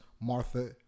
Martha